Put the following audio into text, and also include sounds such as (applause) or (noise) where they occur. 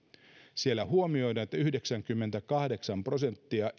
siellä huomioidaan että yhdeksänkymmentäkahdeksan prosenttia (unintelligible)